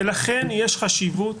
ולכן יש חשיבות